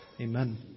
Amen